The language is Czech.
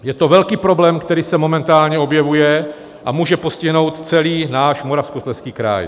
Je to velký problém, který se momentálně objevuje a může postihnout celý náš Moravskoslezský kraj.